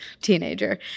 teenager